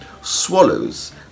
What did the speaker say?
swallows